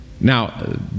now